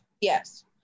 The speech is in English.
Yes